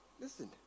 Listen